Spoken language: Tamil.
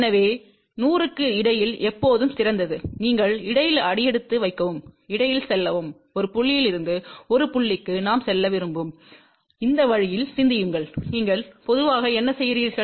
எனவே 100 க்கு இடையில் எப்போதும் சிறந்தது நீங்கள் இடையில் அடியெடுத்து வைக்கவும் இடையில் செல்லவும் ஒரு புள்ளியில் இருந்து ஒரு புள்ளிக்கு நாம் செல்ல விரும்பும் இந்த வழியில் சிந்தியுங்கள் நீங்கள் பொதுவாக என்ன செய்கிறீர்கள்